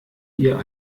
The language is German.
ihr